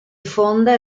fonda